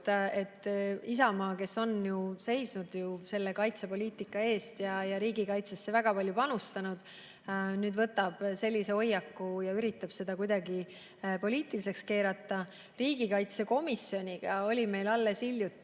et Isamaa, kes on ju seisnud kaitsepoliitika eest ja riigikaitsesse väga palju panustanud, nüüd võtab sellise hoiaku ja üritab seda kõike kuidagi poliitiliseks keerata. Riigikaitsekomisjoniga oli meil alles hiljuti